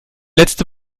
letzte